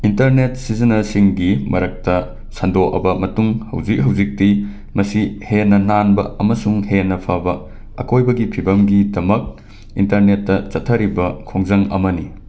internet ꯁꯤꯖꯟꯅꯕꯁꯤꯡꯒꯤ ꯃꯔꯛꯇ ꯁꯟꯗꯣꯛꯑꯕ ꯃꯇꯨꯡ ꯍꯧꯖꯤꯛ ꯍꯧꯖꯤꯛꯇꯤ ꯃꯁꯤ ꯍꯦꯟꯅ ꯅꯥꯟꯕ ꯑꯃꯁꯨꯡ ꯍꯦꯟꯅ ꯐꯕ ꯑꯀꯣꯏꯕꯒꯤ ꯄꯤꯕꯝꯒꯤꯗꯃꯛ ꯏꯟꯇꯔꯅꯦꯠꯇ ꯆꯠꯊꯔꯤꯕ ꯈꯣꯡꯖꯪ ꯑꯃꯅꯤ